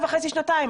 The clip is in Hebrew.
לפני שנה וחצי-שנתיים.